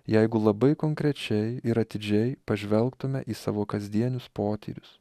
jeigu labai konkrečiai ir atidžiai pažvelgtume į savo kasdienius potyrius